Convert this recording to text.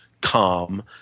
calm